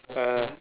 uh